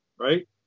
Right